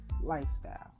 lifestyle